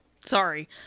sorry